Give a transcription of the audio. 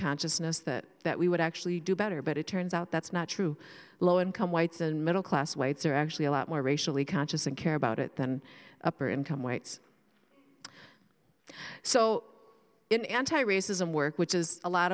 consciousness that that we would actually do better but it turns out that's not true low income whites and middle class whites are actually a lot more racially conscious and care about it than upper income whites so in anti racism work which is a lot